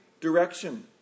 direction